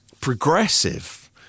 progressive